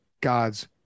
God's